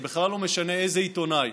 זה בכלל לא משנה איזה עיתונאי.